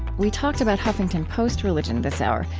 we talked about huffington post religion this hour,